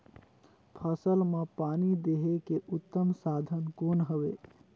फसल मां पानी देहे के उत्तम साधन कौन हवे?